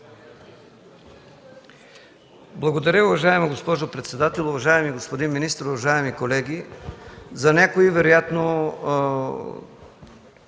Благодаря, уважаема госпожо председател. Уважаеми господин министър, уважаеми колеги! За някои вероятно